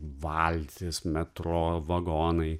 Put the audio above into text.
valtys metro vagonai